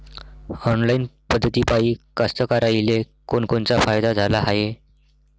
Online पद्धतीपायी कास्तकाराइले कोनकोनचा फायदा झाला हाये?